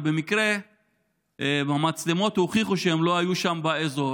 ובמקרה המצלמות הוכיחו שהם לא היו שם באזור.